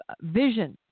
vision